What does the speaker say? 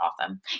awesome